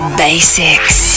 basics